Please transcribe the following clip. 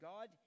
God